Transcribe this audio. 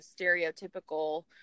stereotypical